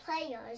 players